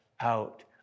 out